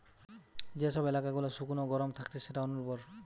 যে সব এলাকা গুলা শুকনো গরম থাকছে সেটা অনুর্বর